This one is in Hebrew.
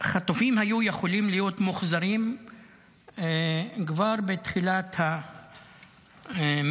החטופים היו יכולים להיות מוחזרים כבר בתחילת המלחמה,